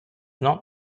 not